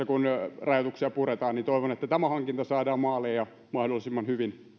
kun rajoituksia puretaan toivon että tämä hankinta saadaan maaliin ja mahdollisimman hyvin